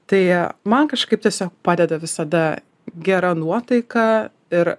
tai man kažkaip tiesiog padeda visada gera nuotaika ir